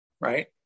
Right